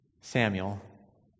Samuel